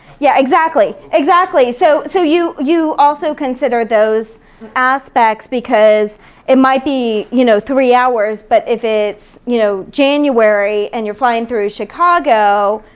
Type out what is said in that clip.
yeah, exactly, exactly. so so you you also consider those aspects because it might be you know three hours, but if it's you know january and you're flying through chicago,